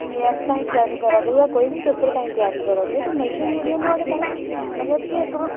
KAS ताहीं त्यारी करा दे पेपर ताहीं त्यारी करा दे ते मल्टीमीडिया नुहाड़े ताहीं मतलब की इक्क